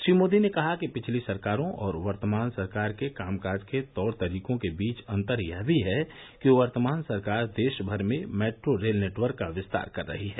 श्री मोदी ने कहा कि पिछली सरकारों और वर्तमान सरकार के कामकाज के तौर तरीकों के बीच अन्तर यह भी है कि वर्तमान सरकार देश भर में मैट्रो रेल नेटवर्क का विस्तार कर रही है